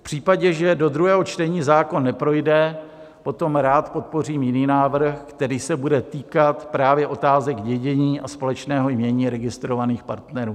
V případě, že do druhého čtení zákon neprojde, potom rád podpořím jiný návrh, který se bude týkat právě otázek dědění a společného jmění registrovaných partnerů.